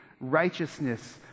righteousness